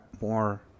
more